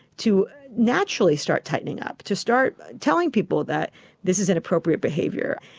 to naturally start tightening up, to start telling people that this is inappropriate behaviour,